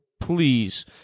please